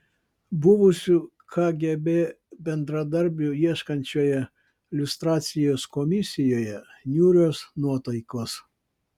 buvusių kgb bendradarbių ieškančioje liustracijos komisijoje niūrios nuotaikos